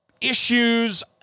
issues